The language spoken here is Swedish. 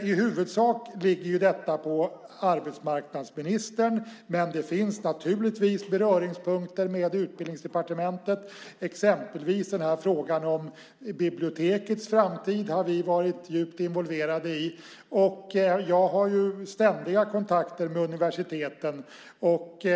I huvudsak ligger detta på arbetsmarknadsministern, men det finns naturligtvis beröringspunkter med Utbildningsdepartementet, exempelvis frågan om bibliotekets framtid. Den har vi varit djupt involverade i. Jag har ständiga kontakter med universiteten.